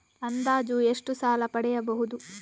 ಅಂದಾಜು ಎಷ್ಟು ಸಾಲ ಪಡೆಯಬಹುದು?